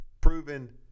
proven